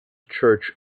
church